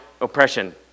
oppression